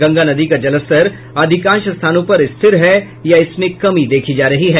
गंगा नदी का जलस्तर अधिकांश स्थानों पर स्थिर है या इसमें कमी देखी जा रही है